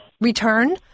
return